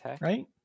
Right